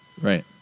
Right